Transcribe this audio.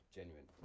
Genuine